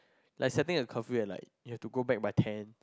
like setting a curfew at like you have to go back by ten